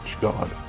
God